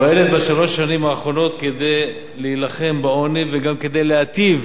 פועלת בשלוש השנים האחרונות כדי להילחם בעוני וגם כדי להיטיב